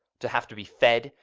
to have to be fed!